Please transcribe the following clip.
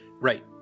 right